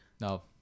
No